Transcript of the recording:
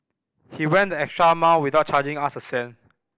he went the extra mile without charging us a cent